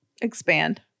Expand